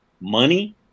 money